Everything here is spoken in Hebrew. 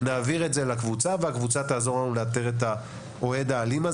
נעביר את זה לקבוצה שתעזור לנו לאתר את האוהד האלים.